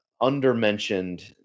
undermentioned